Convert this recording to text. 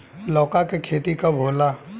लौका के खेती कब होला?